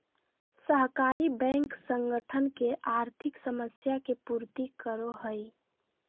सहकारी बैंक संगठन के आर्थिक समस्या के पूर्ति करो हइ